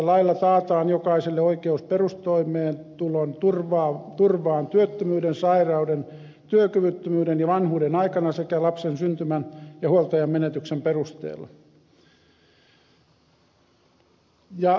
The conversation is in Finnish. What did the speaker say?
lailla taataan jokaiselle oikeus perustoimeentulon turvaan työttömyyden sairauden työkyvyttömyyden ja vanhuuden aikana sekä lapsen syntymän ja huoltajan menetyksen perusteella